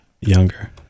Younger